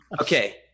Okay